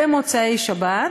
במוצאי שבת,